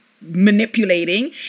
manipulating